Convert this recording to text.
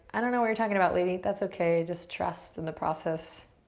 i don't know what you're talking about, lady, that's okay, just trust in the process.